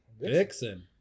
Vixen